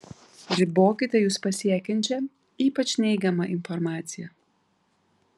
ribokite jus pasiekiančią ypač neigiamą informaciją